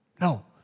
No